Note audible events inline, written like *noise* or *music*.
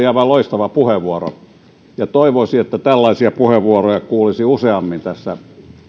*unintelligible* aivan loistava puheenvuoro ja toivoisi että tällaisia puheenvuoroja kuulisi useammin tässä